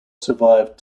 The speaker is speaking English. survived